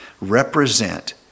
represent